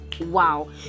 wow